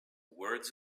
words